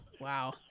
wow